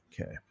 Okay